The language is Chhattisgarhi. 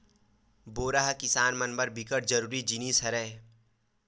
बोरा ह किसान मन बर बिकट जरूरी जिनिस हरय